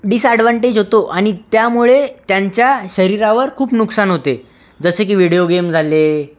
disadvantage होतो आणि त्यामुळे त्यांच्या शरीरावर खूप नुकसान होते जसे की व्हिडिओ गेम झाले